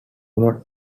not